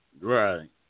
Right